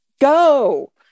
go